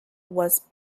was